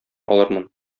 алырмын